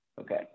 Okay